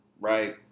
Right